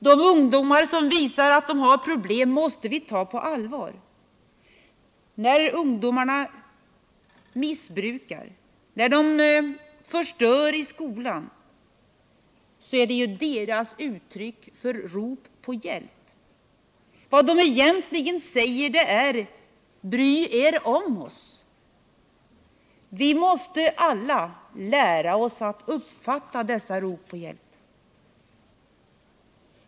De ungdomar som visar att de har problem måste vi ta på allvar. När de missbrukar, när de förstör i skolan, så är ju detta deras uttryck för rop på hjälp. Vad de egentligen säger är: Bry er om oss! Vi måste alla lära oss uppfatta dessa rop på hjälp.